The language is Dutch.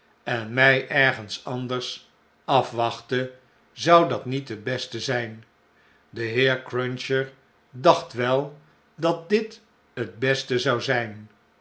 en mij ergens anders afwachltet zou dat niet het beste zijn de heer cruncher dacht wel dat dit het beste zou zp